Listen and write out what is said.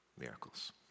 miracles